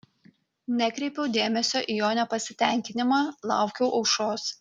nekreipiau dėmesio į jo nepasitenkinimą laukiau aušros